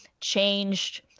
changed